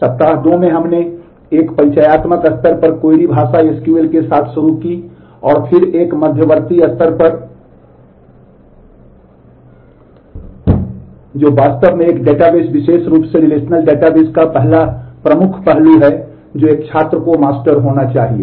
सप्ताह 2 में हमने एक परिचयात्मक स्तर पर क्वेरी का पहला प्रमुख पहलू है जो एक छात्र को मास्टर होना चाहिए